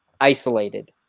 isolated